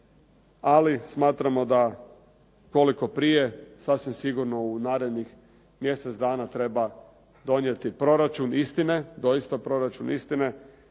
ali smatramo da koliko prije sasvim sigurno u narednih mjesec dana treba donijeti proračun istine, doista proračun istine,